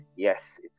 yes